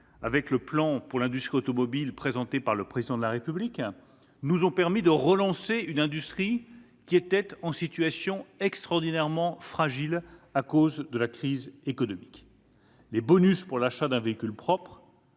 du plan pour l'industrie automobile présenté par le Président de la République nous ont permis de relancer une industrie qui était en situation extraordinairement fragile à cause de la crise économique. Les bonus pour l'achat d'un véhicule propre